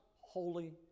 Holy